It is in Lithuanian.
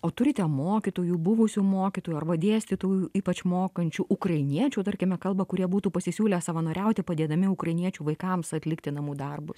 o turite mokytojų buvusių mokytojų arba dėstytojų ypač mokančių ukrainiečių tarkime kalbą kurie būtų pasisiūlę savanoriauti padėdami ukrainiečių vaikams atlikti namų darbus